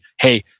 hey